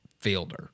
fielder